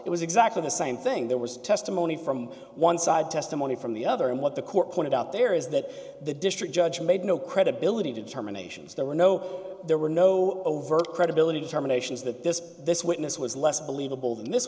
it was exactly the same thing there was testimony from one side testimony from the other and what the court pointed out there is that the district judge made no credibility determinations there were no there were no overt credibility determinations that this this witness was less believable